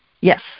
Yes